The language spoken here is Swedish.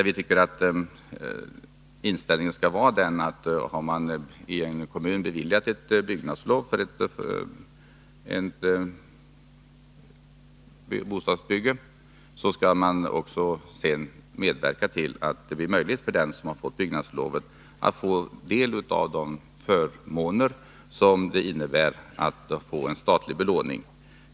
Vår inställning är att en kommun, som har beviljat byggnadslov för ett bostadsbygge, sedan också skall medverka till att det blir möjligt för den som har fått byggnadslov att få del av de förmåner som statlig belåning innebär.